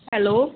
hello